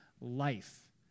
life